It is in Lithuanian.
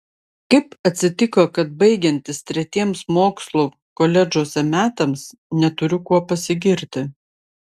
kaip atsitiko kad baigiantis tretiems mokslų koledžuose metams neturiu kuo pasigirti